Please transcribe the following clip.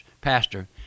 pastor